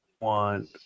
want